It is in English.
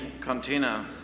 container